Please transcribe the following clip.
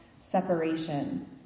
separation